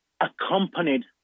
accompanied